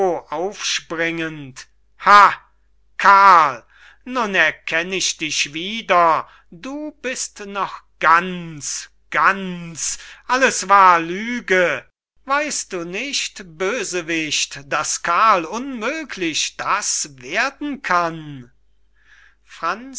ha karl nun erkenn ich dich wieder du bist noch ganz ganz alles war lüge weist du nicht bösewicht daß karl unmöglich das werden kann